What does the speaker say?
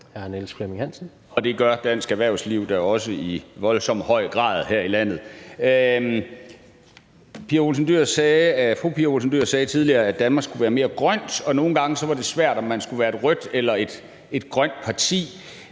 Det gør dansk erhvervsliv da også i voldsom grad her i landet. Fru Pia Olsen Dyhr sagde tidligere, at Danmark skal være mere grønt, og at det nogle gange har været svært, om man skulle være et rødt eller grønt parti.